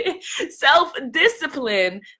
self-discipline